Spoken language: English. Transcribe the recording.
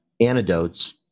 antidotes